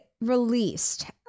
released